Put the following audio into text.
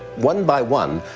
one by one,